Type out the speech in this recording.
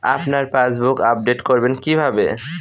আপনার passbook update করবেন কিভাবে?